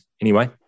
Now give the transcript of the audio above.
anyway-